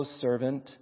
servant